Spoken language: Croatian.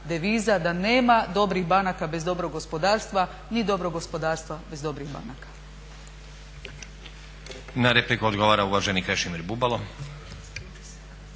da nema dobrih banaka bez dobrog gospodarstva, ni dobrog gospodarstva bez dobrih banaka.